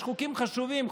יש חוקים חשובים,